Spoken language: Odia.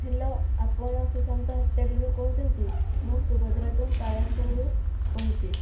ହେଲୋ ଆପଣ ସୁଶାନ୍ତ ହୋଟେଲ୍ରୁ କହୁଛନ୍ତି ମୁଁ ସୁଭଦ୍ରା ତୁଙ୍ଗ କାଳିଆସଡ଼ରୁ କହୁଛି